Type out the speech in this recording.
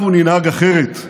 אנחנו ננהג אחרת,